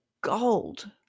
gold